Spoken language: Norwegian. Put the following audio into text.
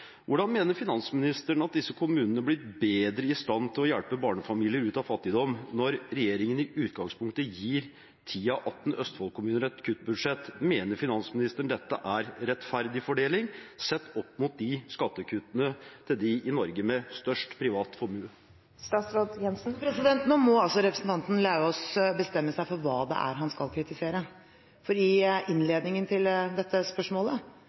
Hvordan mener finansministeren at disse kommunene blir bedre i stand til å hjelpe barnefamilier ut av fattigdom når regjeringen i utgangspunktet gir 10 av 18 Østfold-kommuner et kuttbudsjett? Mener finansministeren dette er rettferdig fordeling sett opp mot skattekuttene til dem i Norge med størst privat formue? Nå må representanten Lauvås bestemme seg for hva det er han skal kritisere. I innledningen til dette spørsmålet